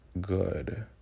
good